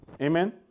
Amen